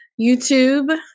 YouTube